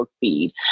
feed